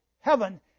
heaven